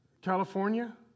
California